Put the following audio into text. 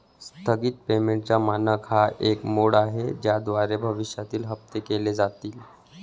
स्थगित पेमेंटचा मानक हा एक मोड आहे ज्याद्वारे भविष्यातील हप्ते केले जातील